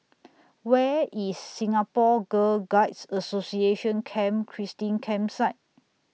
Where IS Singapore Girl Guides Association Camp Christine Campsite